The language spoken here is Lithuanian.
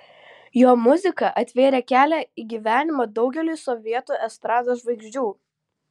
jo muzika atvėrė kelią į gyvenimą daugeliui sovietų estrados žvaigždžių